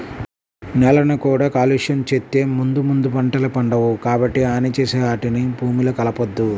నేలని కూడా కాలుష్యం చేత్తే ముందు ముందు పంటలే పండవు, కాబట్టి హాని చేసే ఆటిని భూమిలో కలపొద్దు